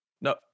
no